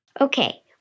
Okay